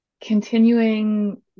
continuing